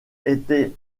étaient